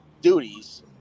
duties